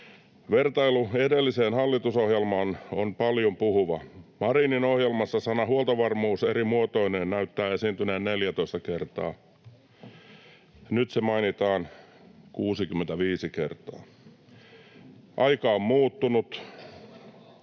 Vertailu edelliseen hallitusohjelmaan on paljonpuhuva. Marinin ohjelmassa sana ”huoltovarmuus” eri muotoineen näyttää esiintyneen 14 kertaa, nyt se mainitaan 65 kertaa. Aika on muuttunut.